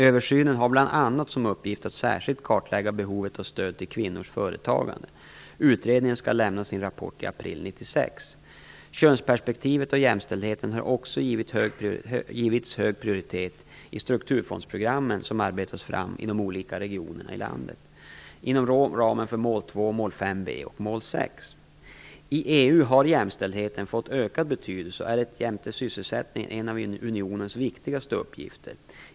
Översynen har bl.a. som uppgift att särskilt kartlägga behovet av stöd till kvinnors företagande. Utredningen skall lämna sin rapport i april 1996. Könsperspektivet och jämställdheten har också givits hög prioritet i de strukturfondsprogram som arbetats fram i olika regioner i landet inom ramen för mål 2, mål 5b och mål 6. I EU har jämställdheten fått ökad betydelse och är jämte sysselsättningen en av unionens viktigaste uppgifter.